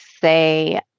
say